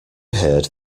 heard